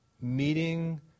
meeting